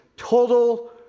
Total